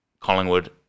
Collingwood